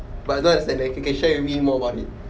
but as long as they can you can share with me more about it